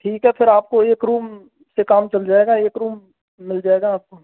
ठीक है सर आपको एक रूम से काम चल जाएगा एक रूम मिल जाएगा आपको